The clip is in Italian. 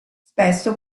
spesso